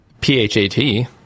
P-H-A-T